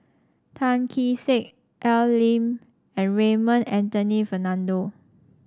Tan Kee Sek Al Lim and Raymond Anthony Fernando